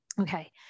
Okay